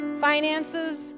finances